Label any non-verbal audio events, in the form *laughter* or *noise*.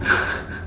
*laughs*